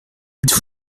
êtes